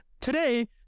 today